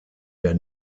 der